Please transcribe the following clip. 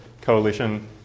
coalition